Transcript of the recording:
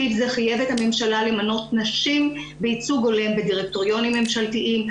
סעיף זה חייב את הממשלה למנות נשים בייצוג הולם בדירקטוריונים ממשלתיים.